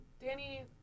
Danny